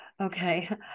Okay